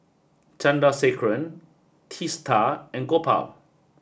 Chandrasekaran Teesta and Gopal